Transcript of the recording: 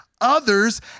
others